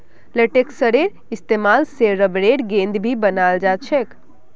लेटेक्सेर इस्तेमाल से रबरेर गेंद भी बनाल जा छे